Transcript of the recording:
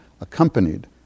accompanied